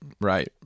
right